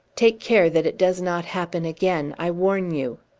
take care that it does not happen again! i warn you!